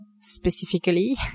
specifically